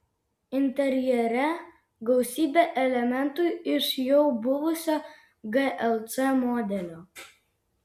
interjere gausybė elementų iš jau buvusio glc modelio